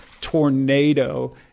tornado